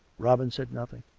robin said nothing,